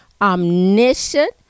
omniscient